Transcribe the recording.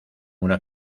una